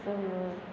ओ